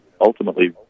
ultimately